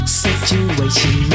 situation